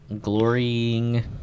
Glorying